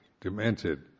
demented